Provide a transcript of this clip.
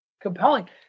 compelling